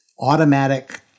automatic